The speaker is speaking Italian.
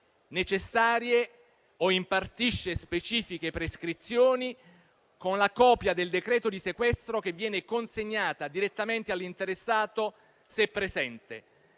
necessarie o impartisce specifiche prescrizioni, con la copia del decreto di sequestro che viene consegnata direttamente all'interessato, se presente.